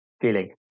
feeling